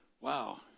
Wow